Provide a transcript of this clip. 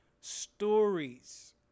stories